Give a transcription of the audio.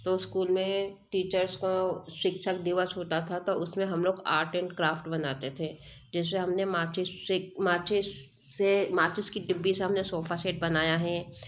तो स्कूल में टीचर्स को शिक्षक दिवस होता था तो उस में हम लोग आर्ट एंड क्राफ्ट बनाते थें जैसे हम ने माचिस से माचिस से माचिस की डिब्बी से हम ने सोफ़ा सेट बनाया है